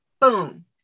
Boom